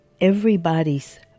everybody's